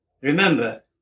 remember